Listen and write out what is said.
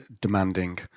demanding